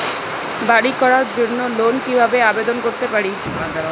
বাড়ি করার জন্য লোন কিভাবে আবেদন করতে পারি?